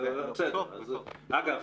אגב,